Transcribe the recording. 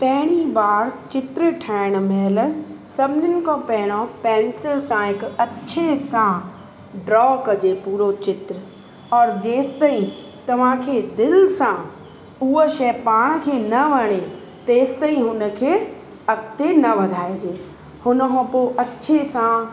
पहिरीं बार चित्र ठाहिण महिल सभिनिनि खां पहिरों पेंसिल सां हिकु अच्छे सां ड्रॉ कजे पूरो चित्र और जेसीं ताईं तव्हांखे दिलि सां उहा शइ पाण खे न वणे तेसीं ताईं हुनखे अॻिते न वधाइजे हुन खां पोइ अच्छे सां